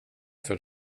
för